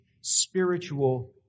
spiritual